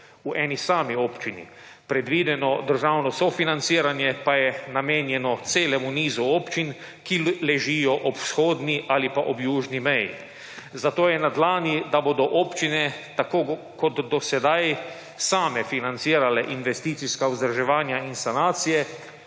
V eni sami občini predvideno državno sofinanciranje pa je namenjeno celemu nizu občin, ki ležijo ob vzhodni ali pa južni meji, zato je na dlani, da bodo občine tako kot do sedaj same financirane investicijska vzdrževanja in sanacije